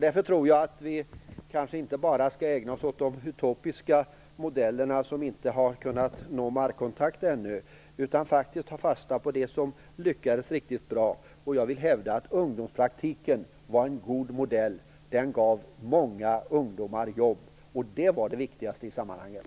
Därför skall vi inte bara ägna oss åt de utopiska modellerna, som ännu inte har fått markkontakt, utan ta fasta på det som lyckades riktigt bra. Jag vill hävda att ungdomspraktiken var en god modell; den gav många ungdomar jobb. Det var det viktigaste i sammanhanget.